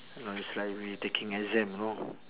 know it's like we taking exam know